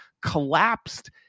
collapsed